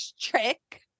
trick